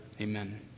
Amen